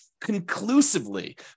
conclusively